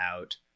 out